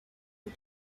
you